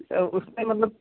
sir उसमें मतलब